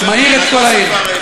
מעיר את כל העיר.